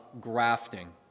grafting